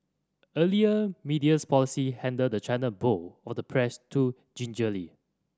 earlier media's policy handled the china bowl of the press too gingerly